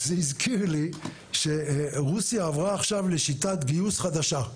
זה הזכיר לי שרוסיה עברה עכשיו לשיטת גיוס חדשה.